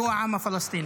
והוא העם הפלסטיני.